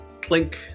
Clink